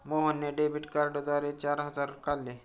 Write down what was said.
मोहनने डेबिट कार्डद्वारे चार हजार काढले